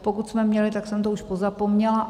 Pokud jsme měli, tak jsem to už pozapomněla.